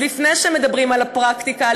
אז לפני שמדברים על הפרקטיקה,